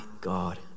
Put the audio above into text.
God